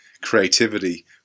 creativity